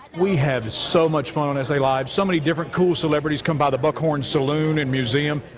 we have so much fun on s a. live, so many different cool celebrities come by the buckhorn saloon and museum.